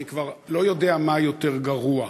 אני כבר לא יודע מה יותר גרוע: